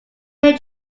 main